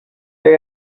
they